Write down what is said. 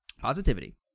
Positivity